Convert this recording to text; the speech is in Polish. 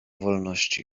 wolności